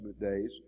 days